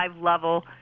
level